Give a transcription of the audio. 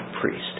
priest